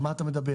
על מה אתה מדבר?